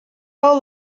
all